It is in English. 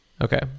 okay